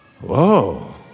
Whoa